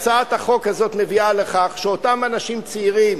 הצעת החוק הזאת מביאה לכך שאותם אנשים צעירים